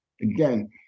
again